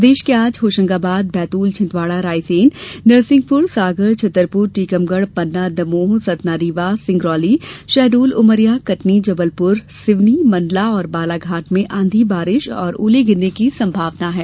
प्रदेष के आज होशंगाबाद बैतूल छिंदवाड़ा रायसेन नरसिंहपुर सागर छतरपुर टीकमगढ़ पन्ना दमोह सतना रीवा सिंगरौली शहडोल उमरिया कटनी जबलपुर सिवनी मंडला और बालाघाट में आंधी बारिश और ओले गिरने की संभावना है